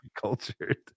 cultured